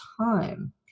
time